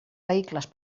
vehicles